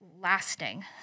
Lasting